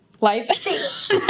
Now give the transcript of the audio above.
Life